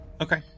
Okay